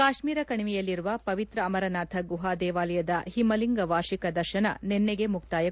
ಕಾಶ್ಮೀರ ಕಣಿವೆಯಲ್ಲಿರುವ ಪವಿತ್ರ ಅಮರನಾಥ ಗುಹಾ ದೇವಾಲಯದ ಹಿಮಲಿಂಗ ವಾರ್ಷಿಕ ದರ್ಶನ ನಿನ್ನೆ ಮುಕ್ತಾಯಗೊಂಡಿತು